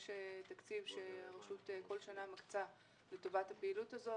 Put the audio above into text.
יש תקציב שהרשות כל שנה מקצה לטובת הפעילות הזאת.